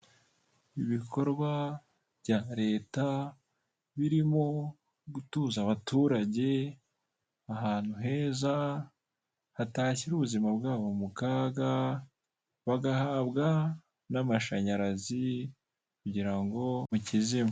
Ibikorwa bya Leta birimo gutuza abaturage ahantu heza hatashyira ubuzima bwabo mu kaga, bagahabwa n'amashanyarazi kugira ngo hatijima.